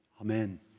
Amen